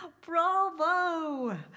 Bravo